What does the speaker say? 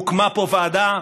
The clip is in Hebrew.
הוקמה פה ועדה,